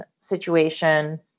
situation